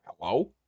hello